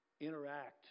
interact